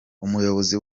umuyobozi